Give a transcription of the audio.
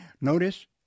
notice